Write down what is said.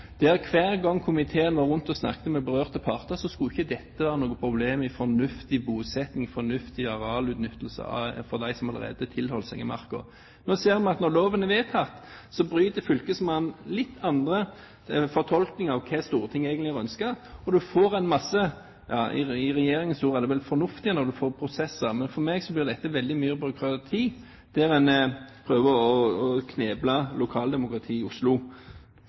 Hver gang komiteen var rundt og snakket med berørte parter, skulle ikke det være noe problem med fornuftig bosetting og fornuftig arealutnyttelse for dem som allerede hadde tilhold i marka. Nå ser vi at når loven er vedtatt, benytter fylkesmannen litt andre fortolkninger enn Stortinget egentlig ønsket, og vi får en masse prosesser – ja, ifølge regjeringen er det vel fornuftig når man får prosesser, men for meg blir dette veldig mye byråkrati der en prøver å kneble lokaldemokratiet i Oslo